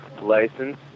license